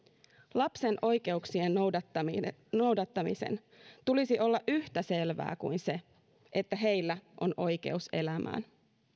lapsen oikeuksien noudattamisen noudattamisen tulisi olla yhtä selvää kuin se että heillä on oikeus elämään